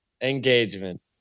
engagement